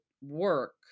work